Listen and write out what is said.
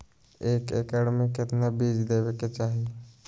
एक एकड़ मे केतना बीज देवे के चाहि?